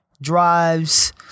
drives